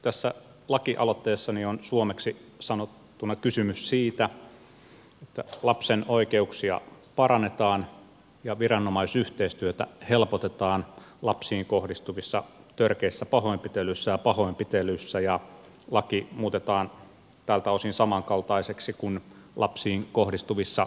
tässä lakialoitteessani on suomeksi sanottuna kysymys siitä että lapsen oikeuksia parannetaan ja viranomaisyhteistyötä helpotetaan lapsiin kohdistuvissa törkeissä pahoinpitelyissä ja pahoinpitelyissä ja laki muutetaan tältä osin samankaltaiseksi kuin lapsiin kohdistuvissa seksuaalirikoksissa